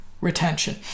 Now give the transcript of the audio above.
retention